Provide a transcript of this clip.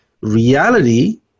Reality